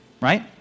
right